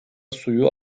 suyu